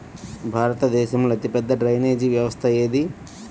భారతదేశంలో అతిపెద్ద డ్రైనేజీ వ్యవస్థ ఏది?